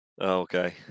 okay